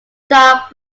dark